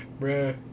Bruh